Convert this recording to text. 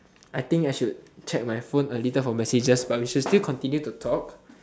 I think I should check my phone a little for messages but we should still continue to talk